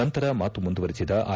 ನಂತರ ಮಾತು ಮುಂದುವರೆಸಿದ ಆರ್